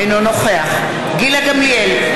אינו נוכח גילה גמליאל,